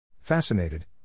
Fascinated